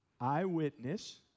Eyewitness